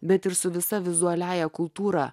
bet ir su visa vizualiąja kultūra